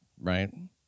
right